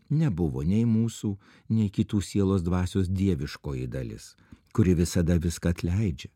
nebuvo nei mūsų nei kitų sielos dvasios dieviškoji dalis kuri visada viską atleidžia